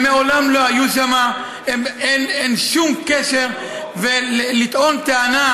הם מעולם לא היו שם, אין שום קשר, ולטעון טענה